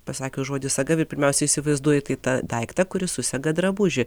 pasakius žodį saga pirmiausia įsivaizduoji tai tą daiktą kuris užsega drabužį